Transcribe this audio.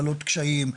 בעלות קשיים,